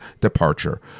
departure